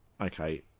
Okay